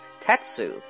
Tetsu